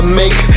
make